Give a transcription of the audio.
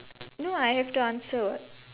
no I have to answer what